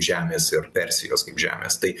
žemės ir persijos kaip žemės tai